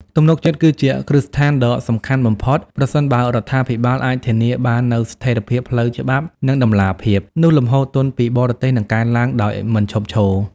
ទំនុកចិត្តគឺជាគ្រឹះស្ថានដ៏សំខាន់បំផុត ប្រសិនបើរដ្ឋាភិបាលអាចធានាបាននូវ ស្ថិរភាពផ្លូវច្បាប់ និងតម្លាភាព នោះលំហូរទុនពីបរទេសនឹងកើនឡើងដោយមិនឈប់ឈរ។